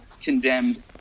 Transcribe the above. condemned